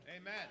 amen